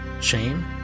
Shame